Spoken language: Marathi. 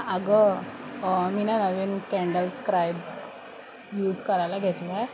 अगं मी ना नवीन कँडल स्क्राइब यूज करायला घेतला आहे